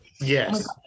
Yes